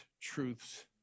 truths